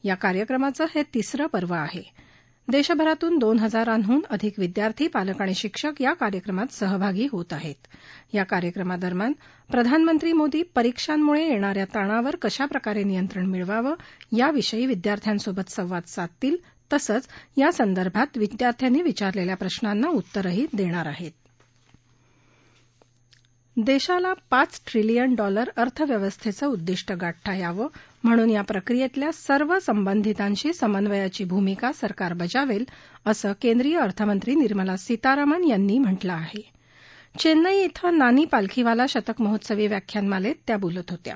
या कार्यक्रमाचं हत्रीसरं पर्व आह दर्शिरातून दोन हजारांहून अधिक विद्यार्थी पालक आणि शिक्षक या कार्यक्रमात सहभागी होत आहरी या कार्यक्रमादरम्यान प्रधान्मंत्री मोदी परीक्षांमुळखिप्ताऱ्या ताणावर कशाप्रकारावियंत्रण मिळवावं याविषयी विद्यार्थ्यांसोबत संवाद साधतील तसंच यासंदर्भात विद्यार्थ्यांनी विचारलखि प्रशांना उत्तरंही दक्षिर आहक्त दक्षीला पाच ट्रिलियन डॉलर अर्थव्यवस्था उद्विष्ट गाठता यावं म्हणून या प्रक्रियसिक्या सर्व संबंधितांशी समन्वयाची भूमिका सरकार बजावत्त्व असं केंद्रीय अर्थमंत्री निर्मला सीतारामन यांनी म्हा में आह केसिई इथं नानी पालखीवाला शतक महोत्सवी व्याख्यानमालत्तात्या बोलत होत्या